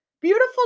Beautiful